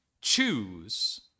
choose